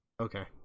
Okay